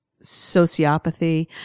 sociopathy